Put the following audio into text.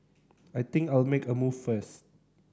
I think I'll make a move first